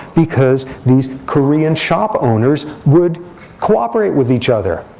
because these korean shop owners would cooperate with each other.